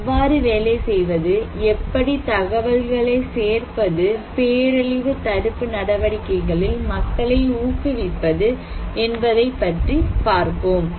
எவ்வாறு வேலை செய்வது எப்படி தகவல்களை சேர்ப்பது பேரழிவு தடுப்பு நடவடிக்கைகளில் மக்களை ஊக்குவிப்பது என்பதை பற்றி பார்ப்போம்